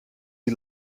die